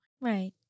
Right